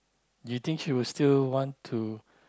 do you think she will still want to